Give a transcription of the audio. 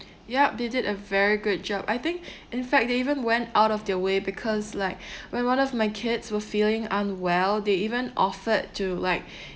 yup they did a very good job I think in fact they even went out of their way because like when one of my kids were feeling unwell they even offered to like